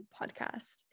Podcast